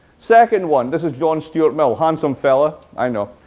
second one. this is john stuart mill, handsome fellow. i know.